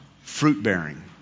Fruit-bearing